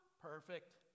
Perfect